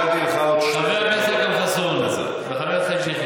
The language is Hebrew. חברי הכנסת אכרם חסון וחבר הכנסת חאג'